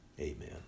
Amen